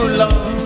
love